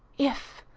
if!